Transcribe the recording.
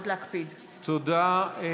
תודה.